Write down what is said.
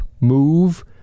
move